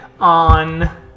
on